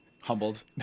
humbled